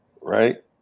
Right